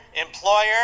employer